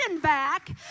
back